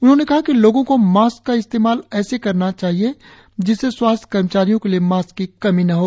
उन्होंने कहा कि लोगो को मास्क का इस्तेमाल ऐसे करना चाहिए जिससे स्वास्थ्य कर्मचारियों के लिए मास्क की कमी न हो